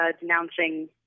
denouncing